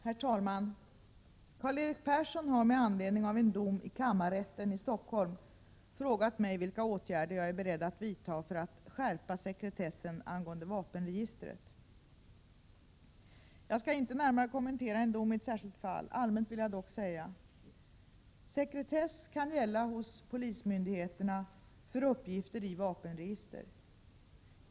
Herr talman! Karl-Erik Persson har med anledning av en dom i kammarrätten i Stockholm frågat mig vilka åtgärder jag är beredd att vidta för att skärpa sekretessen angående vapenregistret. Jag skall inte närmare kommentera en dom i ett särskilt fall. Allmänt vill jag dock säga följande. Sekretess kan gälla hos polismyndigheterna för uppgifter i vapenregister.